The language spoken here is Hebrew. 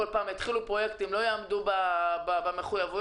עם כל כך הרבה יכולת לספק עבודה לחברות